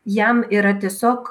jam yra tiesiog